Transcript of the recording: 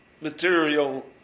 material